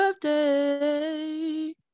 birthday